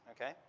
Okay